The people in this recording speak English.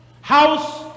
house